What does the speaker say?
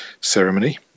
ceremony